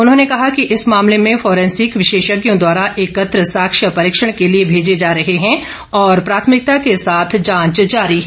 उन्होंने कहा कि इस मामले में फारेंसिक विशेषज्ञों द्वारा एकत्र साक्ष्य परीक्षण के लिए भेजे जा रहे हैं और प्राथमिकता के साथ जांच जारी है